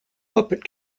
puppet